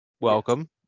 welcome